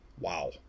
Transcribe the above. Wow